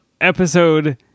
Episode